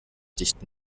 dicht